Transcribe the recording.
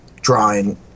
drawing